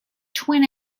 twin